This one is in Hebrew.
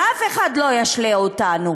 שאף אחד לא ישלה אותנו.